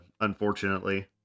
unfortunately